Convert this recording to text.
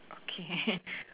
okay